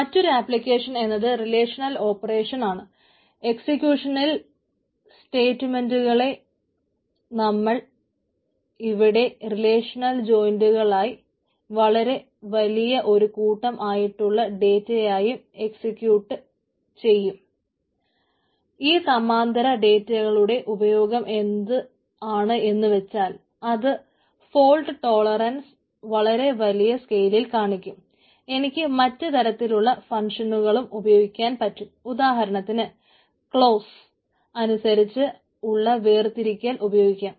മറ്റൊരു ആപ്ലിക്കേഷൻ എന്നത് relational operation അനുസരിച്ച് ഉള്ള വേർതിരിക്കൽ ഉപയോഗിക്കാം